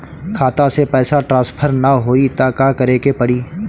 खाता से पैसा टॉसफर ना होई त का करे के पड़ी?